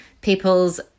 people's